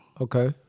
Okay